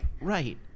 Right